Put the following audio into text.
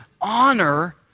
honor